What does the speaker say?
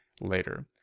later